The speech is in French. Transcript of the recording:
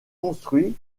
construit